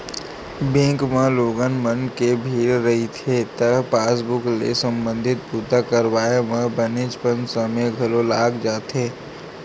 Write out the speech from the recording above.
bank म लोगन मन के भीड़ रहिथे त पासबूक ले संबंधित बूता करवाए म बनेचपन समे घलो लाग जाथे